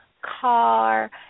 car